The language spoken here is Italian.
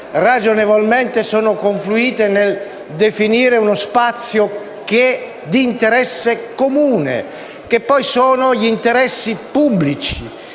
ragionevolmente confluite nel definire uno spazio di interesse comune, che poi sono gli interessi pubblici.